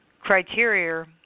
criteria